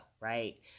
right